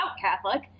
Catholic